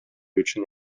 үчүн